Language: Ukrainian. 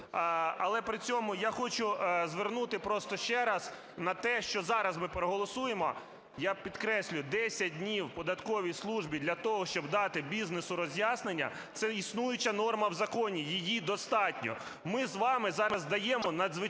Але при цьому я хочу звернути просто ще раз на те, що зараз ми проголосуємо, я підкреслюю, 10 днів податковій службі для того, щоб дати бізнесу роз'яснення. Це існуюча норма в законі, її достатньо. Ми з вами зараз даємо надзвичайно